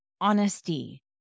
honesty